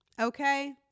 Okay